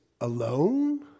alone